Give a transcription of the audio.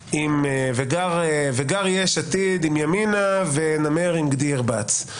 וגר יש עתיד עם ימינה, ונמר עם גדי ירבוץ.